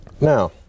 Now